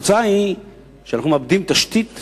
התוצאה היא שאנחנו מאבדים תשתית